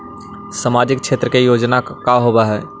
सामाजिक क्षेत्र के योजना का होव हइ?